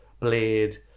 blade